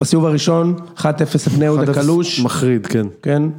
‫בסיוב הראשון, 1-0 לבני יהודה קלוש מחריד, כן.